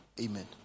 Amen